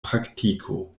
praktiko